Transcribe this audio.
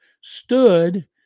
stood